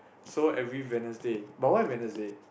so every Wednesday but why Wednesday